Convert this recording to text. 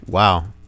Wow